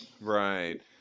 Right